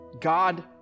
God